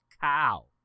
Cow